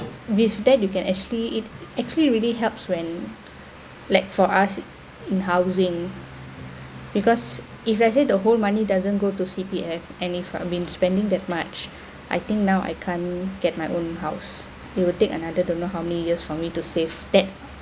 with that you can actually it actually really helps when like for us in housing because if let's say the whole money doesn't go to C_P_F and if I've been spending that much I think now I can't get my own house it will take another don't know how many years for me to save that